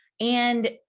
And-